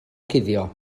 cuddio